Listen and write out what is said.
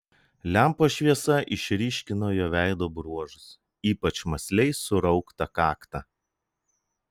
lempos šviesa išryškino jo veido bruožus ypač mąsliai surauktą kaktą